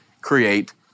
create